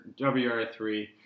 WR3